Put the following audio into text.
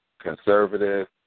conservative